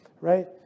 right